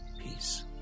peace